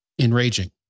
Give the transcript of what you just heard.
enraging